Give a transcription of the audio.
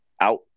out